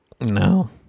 No